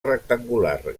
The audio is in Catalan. rectangular